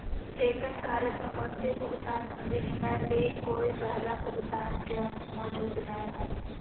वेतन कार्य संबंधी भुगतान विनिमय ले कोय पहला भुगतान के अंश मौजूद नय हइ